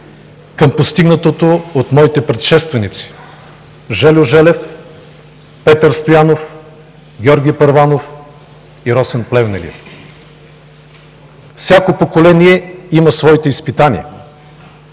към постигнатото от моите предшественици – Жельо Желев, Петър Стоянов, Георги Първанов и Росен Плевнелиев. Всяко поколение има своите изпитания.